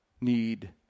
need